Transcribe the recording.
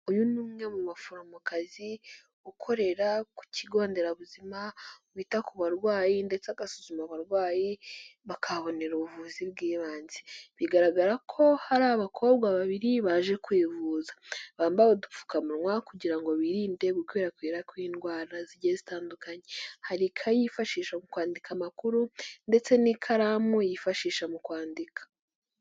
Uyu ni umwe mu baforomokazi ukorera ku kigo nderabuzima wita ku barwayi ndetse agasuzuma abarwayi bakabonera ubuvuzi bw'ibanze, bigaragara ko hari abakobwa babiri baje kwivuza bambaye udupfukamunwa kugira ngo birinde gukwirakwira kw'indwara zigiye zitandukanye, hari ikayi yiashisha mu kwandika amakuru ndetse n'ikaramu yifashisha mu kwandika.